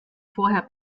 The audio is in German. vorher